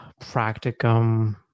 practicum